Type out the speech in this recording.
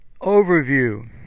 Overview